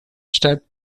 step